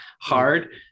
hard